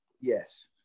Yes